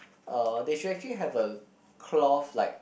uh they should actually have a cloth like